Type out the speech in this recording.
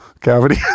cavity